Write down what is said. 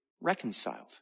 reconciled